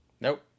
Nope